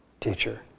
teacher